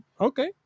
Okay